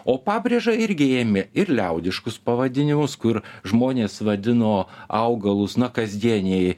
o pabrėža irgi ėmė ir liaudiškus pavadinimus kur žmonės vadino augalus na kasdienėj